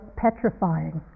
petrifying